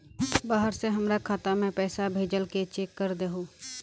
बाहर से हमरा खाता में पैसा भेजलके चेक कर दहु?